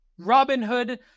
Robinhood